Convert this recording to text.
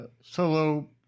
solo